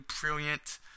brilliant